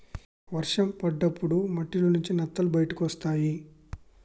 వర్షం పడ్డప్పుడు మట్టిలోంచి నత్తలు బయటకొస్తయ్